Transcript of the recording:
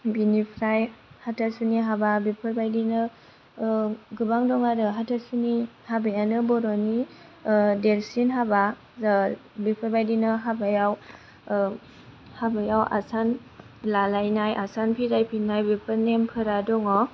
बिनिफ्राय हाथासुनि हाबा बेफोरबायदिनो गोबां दं आरो हाथासुनि हाबायानो बर'नि देरसिन हाबा बेफोरबायदिनो हाबायाव हाबायाव आसान लालायनाय आसान फिरायफिननाय बेफोर नेमफोरा दङ